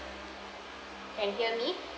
can hear me